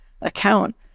account